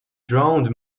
drowned